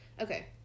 Okay